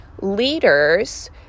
leaders